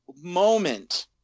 moment